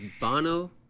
Bono